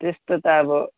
त्यस्तो त अब